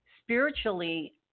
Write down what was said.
spiritually